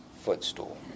footstool